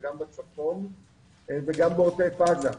גם בצפון וגם בעוטף עזה.